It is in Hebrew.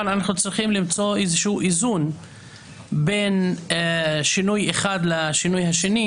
אנחנו צריכים למצוא איזשהו איזון בין שינוי אחד לשינוי השני,